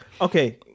Okay